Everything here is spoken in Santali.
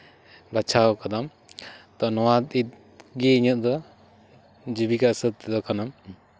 ᱵᱟᱪᱷᱟᱣ ᱠᱟᱫᱟ ᱛᱚ ᱱᱚᱣᱟᱜᱮ ᱤᱧᱟᱹᱜ ᱫᱚ ᱡᱤᱵᱤᱠᱟ ᱦᱤᱥᱟᱹᱵ ᱛᱮᱫᱚ ᱠᱟᱱᱟ